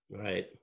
Right